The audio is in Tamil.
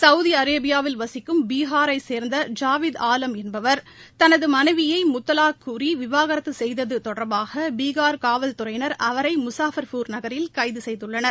சௌதி அரேபியாவில் வசிக்கும் பீகாரைச் சேர்ந்த ஜாவித் ஆலம் என்பவர் தனது மனைவியை முத்தலாக் கூறி விவாகரத்து செய்தது தொடர்பாக பீகார் காவல்துறையினர் அவரை முஸாபர் நகரில் கைது செய்துள்ளனர்